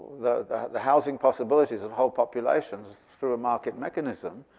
the the housing possibilities of whole populations through market mechanism,